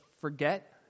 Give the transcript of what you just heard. forget